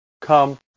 Come